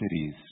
cities